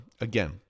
again